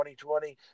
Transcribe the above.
2020